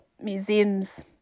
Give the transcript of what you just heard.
museums